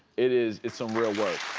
it is, it's some real work.